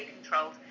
controlled